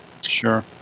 sure